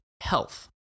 health